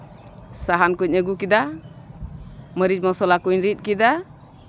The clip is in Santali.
ᱥᱟᱦᱟᱱ ᱠᱚᱧ ᱟᱹᱜᱩ ᱠᱮᱫᱟ ᱢᱟᱹᱨᱤᱪ ᱢᱚᱥᱞᱟ ᱠᱚᱧ ᱨᱤᱫ ᱠᱮᱫᱟ